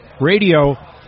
Radio